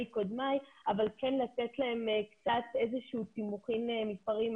קודמיי אבל כן לתת להם איזשהו תימוכין מספרי.